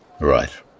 Right